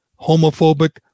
homophobic